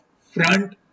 front